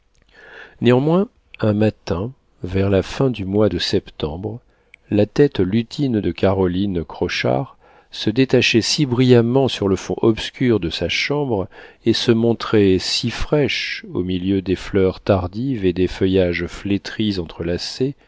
néanmoins un matin vers la fin du mois de septembre la tête lutine de caroline crochard se détachait si brillamment sur le fond obscur de sa chambre et se montrait si fraîche au milieu des fleurs tardives et des feuillages flétris